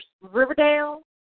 Riverdale